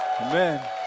Amen